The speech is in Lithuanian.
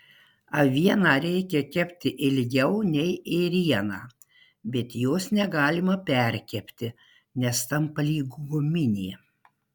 avieną reikia kepti ilgiau nei ėrieną bet jos negalima perkepti nes tampa lyg guminė